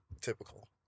Typical